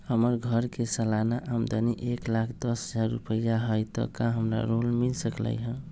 हमर घर के सालाना आमदनी एक लाख दस हजार रुपैया हाई त का हमरा लोन मिल सकलई ह?